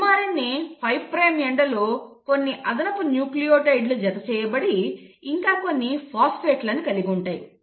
mRNA 5 prime ఎండ్లో కొన్ని అదనపు న్యూక్లియోటైడ్లు జత చేయబడి ఇంకా కొన్ని ఫాస్ఫేట్లను కలిగి ఉంటుంది